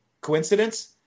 Coincidence